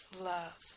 love